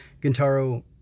Gintaro